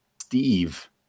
Steve